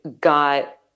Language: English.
got